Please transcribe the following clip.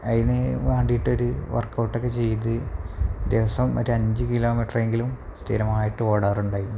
അതിന് വേണ്ടിയിട്ടൊരു വർക്കൗട്ടൊക്കെ ചെയ്ത് ദിവസം ഒരഞ്ച് കിലോമീറ്ററെങ്കിലും സ്ഥിരമായിട്ട് ഓടാറുണ്ടായിരുന്നു